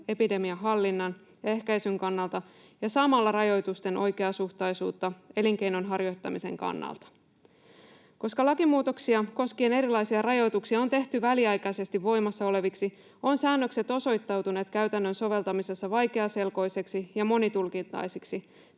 epidemian hallinnan ja ehkäisyn kannalta ja samalla rajoitusten oikeasuhtaisuutta elinkeinon harjoittamisen kannalta. Koska lakimuutoksia koskien erilaisia rajoituksia on tehty väliaikaisesti voimassa oleviksi, ovat säännökset osoittautuneet käytännön soveltamisessa vaikeaselkoisiksi ja monitulkintaisiksi.